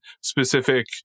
specific